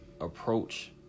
approach